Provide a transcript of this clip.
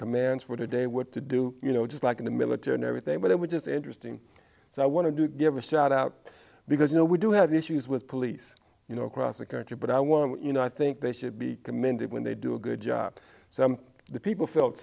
commands for the day what to do you know just like in the military and everything but it was just interesting so i wanted to give a shout out because you know we do have issues with police you know across the country but i want you know i think they should be commended when they do a good job so the people felt